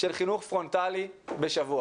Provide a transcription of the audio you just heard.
של חינוך פרונטלי בשבוע.